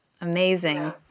Amazing